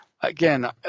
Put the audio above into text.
again